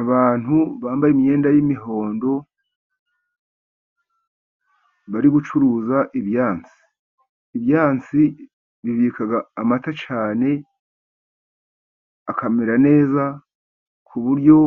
Abantu bambaye imyenda y'imihondo, bari gucuruza ibyansi. Ibyansi bibika amata cyane akamera neza, ku buryo